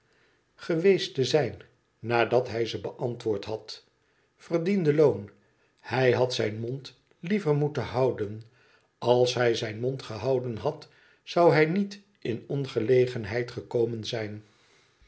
geweest te zijn nadat hij ze beantwoord had verdiende loon hij had zijn mond liever moeten houden als hij zijn mond gehouden had zou hij niet in ongelegenheid gekomen zijn